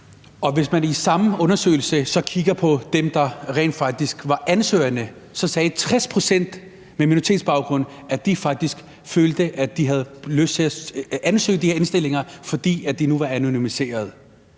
Og hvis man i samme undersøgelse så kigger på dem, der rent faktisk var ansøgerne, vil man se, at 60 pct. med minoritetsbaggrund sagde, at de faktisk følte, at de havde lyst til at søge de her stillinger, fordi de nu var anonymiserede.